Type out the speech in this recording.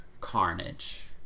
Carnage